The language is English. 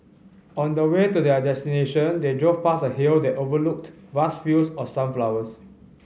on the way to their destination they drove past a hill that overlooked vast fields of sunflowers